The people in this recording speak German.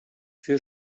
für